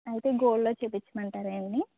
అయితే గోల్డ్లో చూపించమంటారా అండి